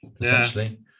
essentially